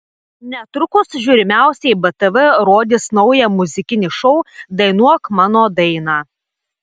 netrukus žiūrimiausiai btv rodys naują muzikinį šou dainuok mano dainą